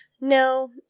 No